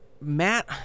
Matt